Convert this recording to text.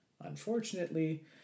Unfortunately